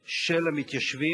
של המתיישבים,